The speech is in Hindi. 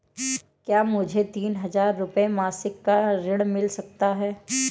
क्या मुझे तीन हज़ार रूपये मासिक का ऋण मिल सकता है?